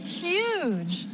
huge